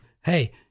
Hey